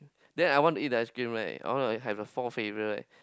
then I want to eat the ice cream right I want to have a four flavor right